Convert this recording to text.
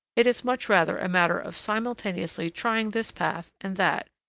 it is much rather a matter of simultaneously trying this path and that,